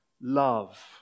love